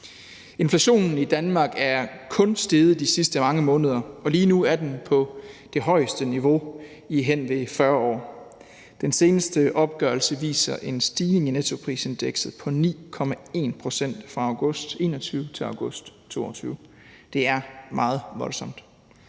Inflationen i Danmark er kun steget de sidste mange måneder, og lige nu er den på det højeste niveau i hen ved 40 år. Den seneste opgørelse viser en stigning i nettoprisindekset på 9,1 pct. fra august 2021 til august 2022. Det er meget voldsomt.